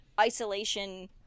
isolation